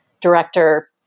director